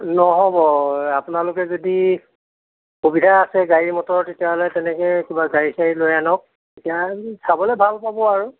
নহ'ব আপোনালোকে যদি সুবিধা আছে গাড়ী মটৰৰ তেতিয়াহ'লে তেনেকৈ কিবা গাড়ী চাড়ী লৈ আনক তেতিয়া চাবলৈ ভাল পাব আৰু